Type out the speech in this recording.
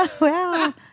Wow